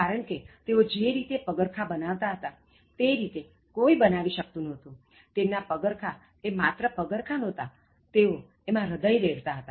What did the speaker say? કારણ તેઓ જે રીતે પગરખાં બનાવતા હતા તે રીતે કોઇ બનાવી શકતુ નહોતું તેમના પગરખા માત્ર પગરખાં નહોતા તેઓ એમાં હ્રદય રેડતાં હતા